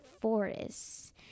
forests